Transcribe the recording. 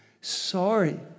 Sorry